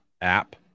app